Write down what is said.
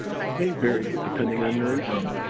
but it may vary depending on your income,